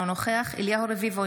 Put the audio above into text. אינו נוכח אליהו רביבו,